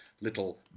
little